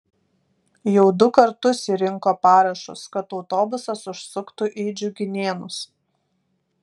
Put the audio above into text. jau du kartus ji rinko parašus kad autobusas užsuktų į džiuginėnus